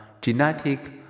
genetic